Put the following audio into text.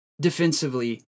defensively